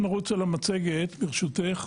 אנחנו נרוץ על המצגת, ברשותך.